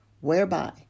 whereby